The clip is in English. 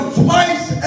twice